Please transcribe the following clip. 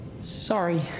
sorry